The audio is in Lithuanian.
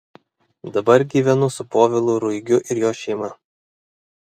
dabar gyvenu su povilu ruigiu ir jo šeima